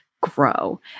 grow